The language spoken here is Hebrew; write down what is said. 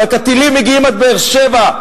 רק הטילים מגיעים עד באר-שבע.